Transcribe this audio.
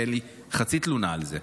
ואין לי חצי תלונה על זה.